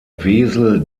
wesel